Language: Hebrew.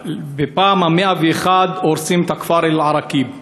בפעם ה-101 הורסים את הכפר אל-עראקיב.